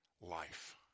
life